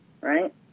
right